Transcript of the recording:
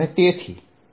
તેથી A